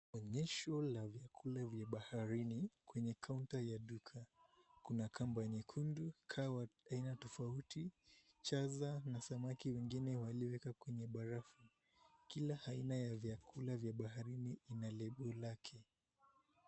Onyesho ya vyakula vya baharini kwenye kaunta ya duka kuna kamba nyekundu, kawa aina tofauti chaza na samaki wengine waliowekwa kwenye barafu. Kila aina ya vyakula vya baharini ina lebo lake